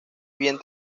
bien